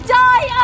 die